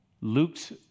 Luke's